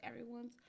everyone's